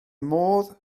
modd